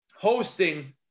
hosting